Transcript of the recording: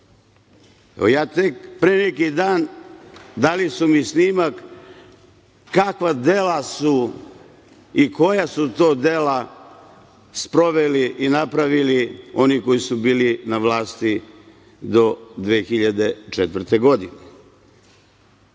Tek pre neki dan dali su mi snimak kakva dela su i koja su to dela sproveli i napravili oni koji su bili na vlasti do 2004. godine.